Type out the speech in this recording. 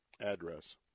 address